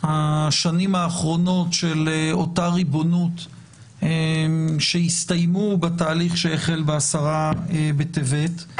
השנים האחרונות של אותה ריבונות שהסתיימו בתהליך שהחל בעשרה בטבת,